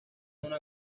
una